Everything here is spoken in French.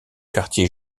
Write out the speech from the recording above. quartier